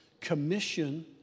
commission